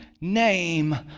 name